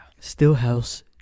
Stillhouse